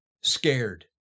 scared